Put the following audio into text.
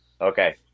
Okay